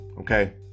okay